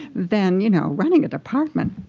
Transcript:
then you know running a department.